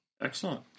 Excellent